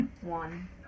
One